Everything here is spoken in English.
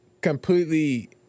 completely